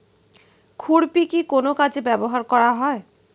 খুরপি কি কোন কাজে ব্যবহার করা হয়?